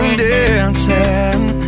dancing